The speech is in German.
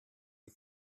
die